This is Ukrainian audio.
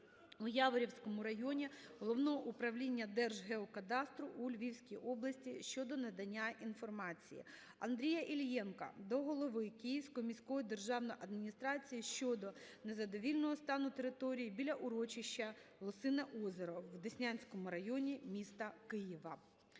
у Яворівському районі Головного управління Держгеокадастру у Львівській області щодо надання інформації. Андрія Іллєнка до голови Київської міської державної адміністрації щодо незадовільного стану території біля урочища "Лосине озеро" в Деснянському районі міста Києва.